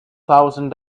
thousand